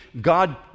God